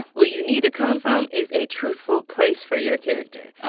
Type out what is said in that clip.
where you need to come from is a truthful place for your character.